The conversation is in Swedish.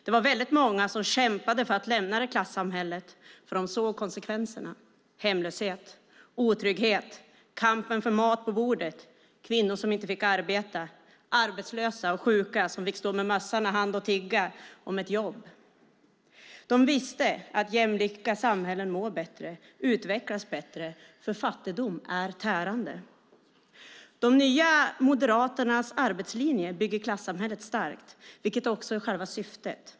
Det var väldigt många som kämpade för att lämna det klassamhället, för de såg konsekvenserna - hemlöshet, otrygghet, kampen för mat på bordet, kvinnor som inte fick arbeta, arbetslösa och sjuka som fick stå med mössan i hand och tigga om ett jobb. De visste att jämlika samhällen mår bättre och utvecklas bättre, för fattigdom är tärande. Nya Moderaternas arbetslinje bygger klassamhället starkt, vilket också är själva syftet.